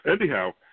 anyhow